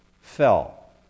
fell